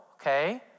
Okay